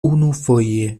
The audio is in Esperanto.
unufoje